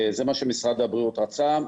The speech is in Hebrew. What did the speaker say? זה מה שמשרד הבריאות רצה.